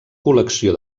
col·lecció